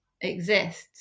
exists